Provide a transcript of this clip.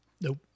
Nope